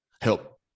help